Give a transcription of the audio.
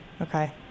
Okay